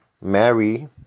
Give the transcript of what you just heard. mary